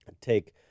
take